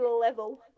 level